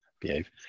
behave